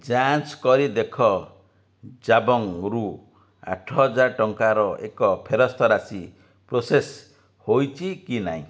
ଯାଞ୍ଚ କରି ଦେଖ ଜାବଙ୍ଗ୍ରୁ ଆଠହଜାର ଟଙ୍କାର ଏକ ଫେରସ୍ତ ରାଶି ପ୍ରୋସେସ୍ ହୋଇଛି କି ନାହିଁ